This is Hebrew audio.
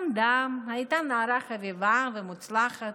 למדה, הייתה נערה חביבה ומוצלחת.